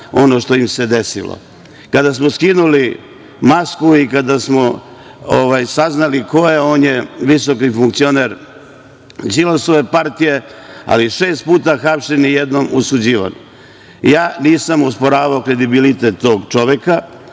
ono što im se desilo. Kada smo skinuli masku i kada smo saznali ko je, on je visoki funkcioner Đilasove partije, ali šest puta hapšen i jednom osuđivan. Ja nisam osporavao kredibilitete tog čoveka,